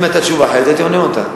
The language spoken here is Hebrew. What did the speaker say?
אם היתה תשובה אחרת הייתי עונה אותה.